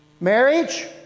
marriage